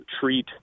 treat